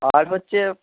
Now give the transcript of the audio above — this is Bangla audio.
আর হচ্ছে